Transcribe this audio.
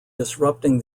disrupting